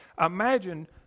Imagine